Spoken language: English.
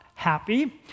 happy